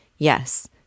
Yes